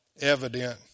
evident